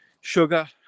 sugar